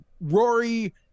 Rory